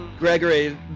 Gregory